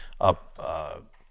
up –